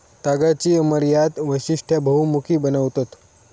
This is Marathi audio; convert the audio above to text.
तागाची अमर्याद वैशिष्टा बहुमुखी बनवतत